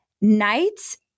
Nights